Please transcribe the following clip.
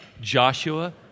Joshua